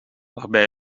waarbij